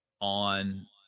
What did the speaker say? on